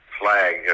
flag